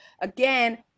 Again